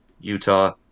Utah